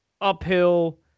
uphill